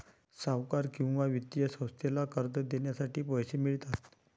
सावकार किंवा वित्तीय संस्थेला कर्ज देण्यासाठी पैसे मिळतात